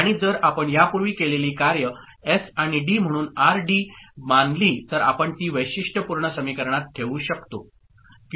आणि जर आपण यापूर्वी केलेली कार्ये एस आणि डी म्हणून आर डी मानली तर आपण ती वैशिष्ट्यपूर्ण समीकरणात ठेवू शकतो